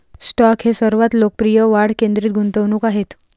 stock हे सर्वात लोकप्रिय वाढ केंद्रित गुंतवणूक आहेत